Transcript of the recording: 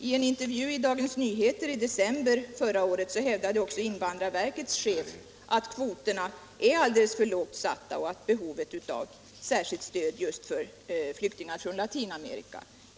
I en intervju i Dagens Nyheter i december förra året hävdade också invandrarverkets chef att kvoterna är för knappa och att det finns ett behov av särskilt stöd just för flyktingar från Latinamerika.